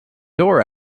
door